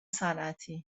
صنعتی